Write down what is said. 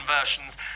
versions